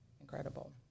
incredible